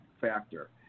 factor